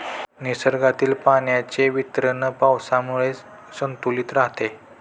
निसर्गातील पाण्याचे वितरण पावसामुळे संतुलित राहते